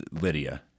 Lydia